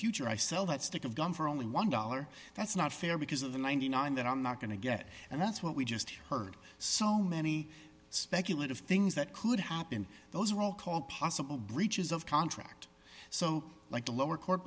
future i sell that stick of gum for only one dollar that's not fair because of the ninety nine dollars that i'm not going to get and that's what we just heard so many speculative things that could happen those are all called possible breaches of contract so like the lower court